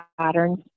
patterns